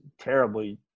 terribly